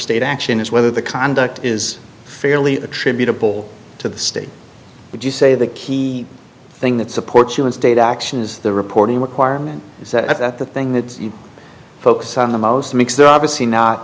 state action is whether the conduct is fairly attributable to the state would you say the key thing that supports you in state action is the reporting requirement is that the thing that you focus on the most makes there obviously not